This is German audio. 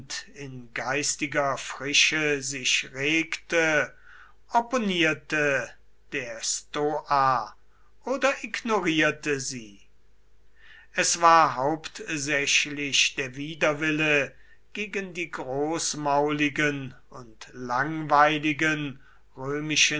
in geistiger frische sich regte opponierte der stoa oder ignorierte sie es war hauptsächlich der widerwille gegen die großmauligen und langweiligen